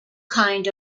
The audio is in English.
kind